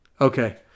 Okay